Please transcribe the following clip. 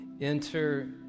enter